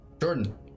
Jordan